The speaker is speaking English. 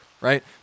right